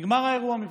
נגמר האירוע מבחינתם.